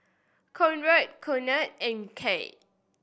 Conrad Conard and Kate